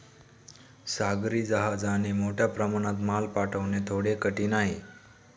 सागरी जहाजाने मोठ्या प्रमाणात माल पाठवणे थोडे कठीण आहे